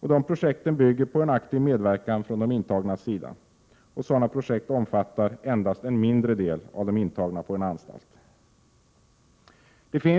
Dessa projekt bygger dock på en aktiv medverkan från den intagnes sida och omfattar endast en mindre del av de intagna på en anstalt.